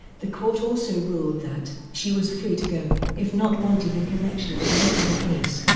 the court also ruled that she was free to go, if not wanted in connection with any other case.